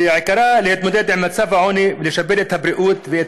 ועיקרה להתמודד עם מצב העוני ולשפר את הבריאות ואת